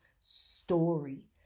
story